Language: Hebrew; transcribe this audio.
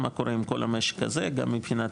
מה קורה עם כל המשק הזה גם מבחינת